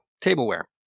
tableware